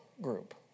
group